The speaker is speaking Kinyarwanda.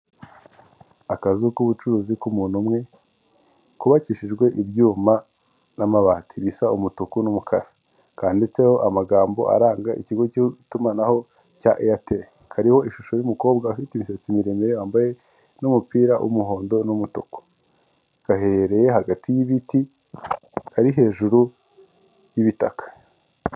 Akazu k'ubucuruzi k'umuntu umwe kubakishijwe ibyuma n'amabati bisa umutuku n'umukara, kanditseho amagambo aranga ikigo cy'itumanaho cya eyateri, hariho ishusho y'umukobwa ufite imisatsi miremire wambaye n'umupira w'umuhondo n'umutuku, gaherereye hagati y'ibiti, kari hejuru y'ibitaka.